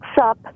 up